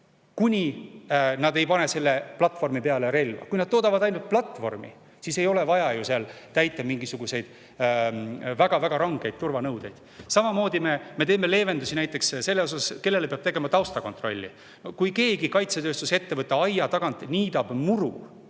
kuni nad ei pane nende platvormide peale relva. Kui nad toodavad ainult platvorme, siis ei ole vaja täita mingisuguseid väga rangeid turvanõudeid. Samamoodi me teeme leevendusi näiteks selles osas, kellele peab tegema taustakontrolli. Kui keegi kaitsetööstusettevõtte aia tagant niidab muru,